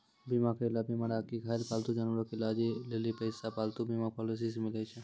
बीमा करैलो बीमार आकि घायल पालतू जानवरो के इलाजो लेली पैसा पालतू बीमा पॉलिसी से मिलै छै